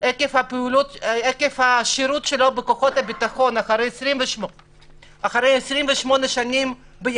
עקב שירותו בכוחות הביטחון במשך 28 שנים.